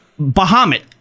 Bahamut